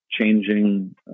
changing